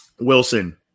Wilson